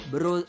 Bro